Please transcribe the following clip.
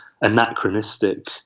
anachronistic